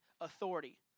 authority